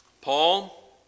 Paul